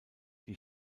die